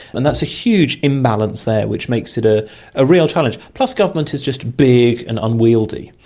and that's a huge imbalance there which makes it ah a real challenge. plus government is just big and unwieldy.